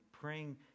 praying